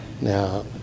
now